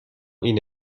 این